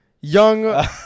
Young